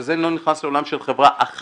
בגלל זה אני לא נכנס לעולם של חברה אחת